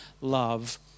love